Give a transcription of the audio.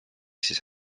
siis